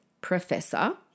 professor